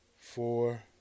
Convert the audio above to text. Four